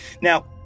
Now